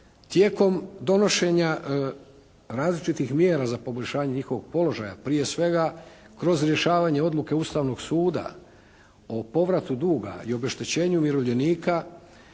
tijekom donošenja različitih mjera za poboljšanje njihovog položaja, prije svega kroz rješavanje odluke Ustavnog suda o povratu duga i obeštećenju umirovljenika